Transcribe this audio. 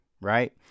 right